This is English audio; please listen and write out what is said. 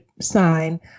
sign